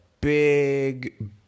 big